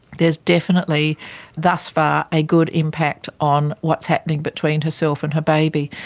there's definitely thus far a good impact on what's happening between herself and her baby.